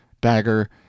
dagger